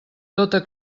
tota